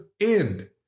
end